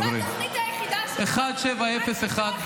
זה מה שאתה יודע לעשות.